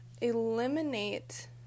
eliminate